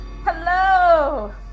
hello